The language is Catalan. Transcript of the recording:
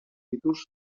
títols